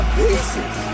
pieces